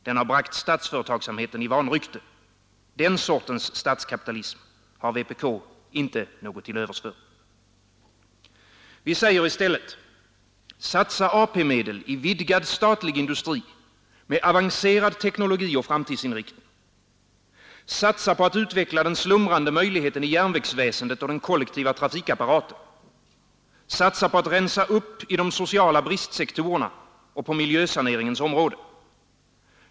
Den har bragt statsföretagsamheten i vanrykte. Den sortens statskapitalism har vpk inget till övers för. Vi säger i stället: Satsa AP-medel i vidgad statlig industri med avancerad teknologi och framtidsinriktning. Satsa på att utveckla den slumrande möjligheten i järnvägsväsendet och den kollektiva trafikapparaten. Satsa på att rensa upp i de sociala bristsektorerna och på miljösaneringens område.